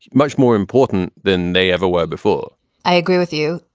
much more important than they ever were before i agree with you.